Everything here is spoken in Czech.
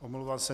Omlouval se.